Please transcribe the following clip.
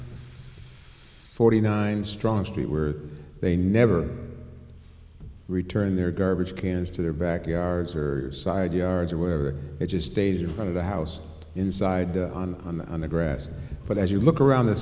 forty nine strong street where they never returned their garbage cans to their backyards or side yards or whatever it is days in front of the house inside on on the on the grass but as you look around the